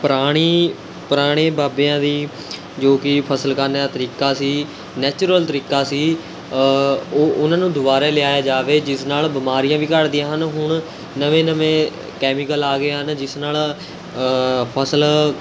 ਪੁਰਾਣੀ ਪੁਰਾਣੇ ਬਾਬਿਆਂ ਦੀ ਜੋ ਕਿ ਫ਼ਸਲ ਕਰਨੇ ਦਾ ਤਰੀਕਾ ਸੀ ਨੈਚੁਰਲ ਤਰੀਕਾ ਸੀ ਉਹ ਉਨ੍ਹਾਂ ਨੂੰ ਦੁਬਾਰਾ ਲਿਆਇਆ ਜਾਵੇ ਜਿਸ ਨਾਲ਼ ਬਿਮਾਰੀਆਂ ਵੀ ਘੱਟਦੀਆਂ ਹਨ ਹੁਣ ਨਵੇਂ ਨਵੇਂ ਕੈਮੀਕਲ ਆ ਗਏ ਹਨ ਜਿਸ ਨਾਲ਼ ਫ਼ਸਲ